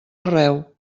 arreu